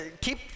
keep